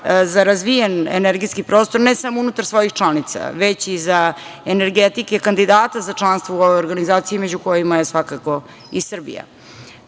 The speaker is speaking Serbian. za razvijen energetski prostor ne samo unutar svojih članica, već i za energetike kandidata za članstvo u ovoj organizaciji, među kojima je svakako i